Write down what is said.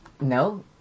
no